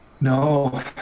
No